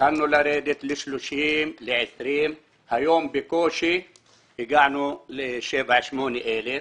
התחלנו לרדת ל-30,000 ול-20,000 כאשר היום בקושי הגענו ל-7,000 ו-8,000.